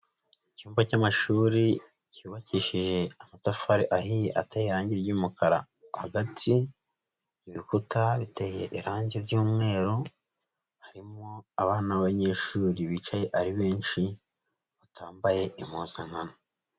Icyumba cy'amashuri cyubakishije amatafari ateye irangi ry'umukara, hagati ibikuta biteye irangi ry'umweru harimo abana b'abanyeshuri bicaye ari benshi, batambaye impuzankano.